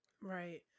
Right